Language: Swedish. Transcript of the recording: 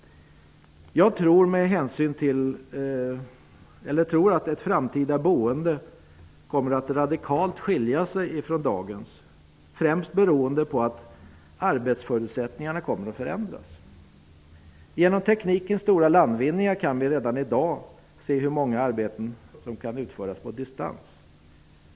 Jag tror att det framtida boendet radikalt kommer att skilja sig från dagens, främst beroende på att arbetsförutsättningarna kommer att förändras. Genom teknikens stora landvinningar finns det redan i dag många arbeten som kan utföras på distans.